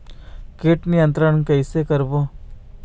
कीट नियंत्रण कइसे करबो?